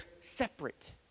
separate